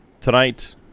tonight